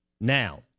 Now